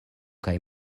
kaj